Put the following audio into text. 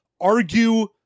argue